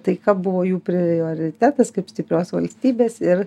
taika buvo jų prioritetas kaip stiprios valstybės ir